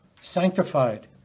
sanctified